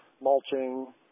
mulching